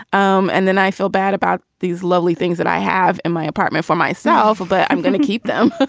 um and then i feel bad about these lovely things that i have in my apartment for myself, but i'm going to keep them